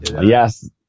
Yes